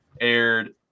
aired